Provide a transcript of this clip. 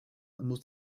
muss